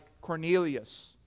cornelius